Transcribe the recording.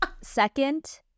second